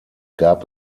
gab